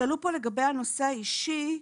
שאלו פה לגבי הנושא האישי.